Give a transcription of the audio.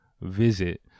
visit